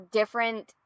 different